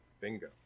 Bingo